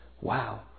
wow